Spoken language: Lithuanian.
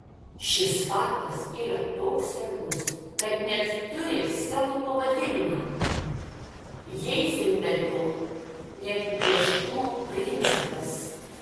šis faktas yra toks svarbus kad net turi savo pavadinimą heizenbergo neapibrėžtumo principas